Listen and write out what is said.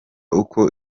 uko